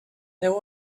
there